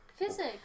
physics